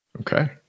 Okay